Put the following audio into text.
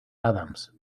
adams